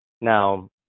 Now